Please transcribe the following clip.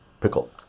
Pickle